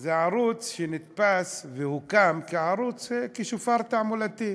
זה ערוץ שנתפס והוקם כשופר תעמולתי,